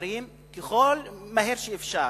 ומבוגרים מהר ככל שאפשר.